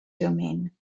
domain